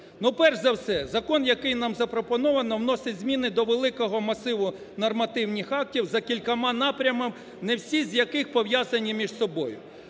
Перше за все, закон, який нам запропоновано, вносить зміни до великого масиву нормативних актів за кількома напрямами, не всі з яких пов'язані між собою.